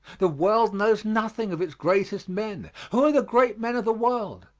the world knows nothing of its greatest men. who are the great men of the world?